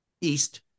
East